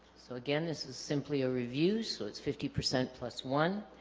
so again this is simply a review so it's fifty percent plus one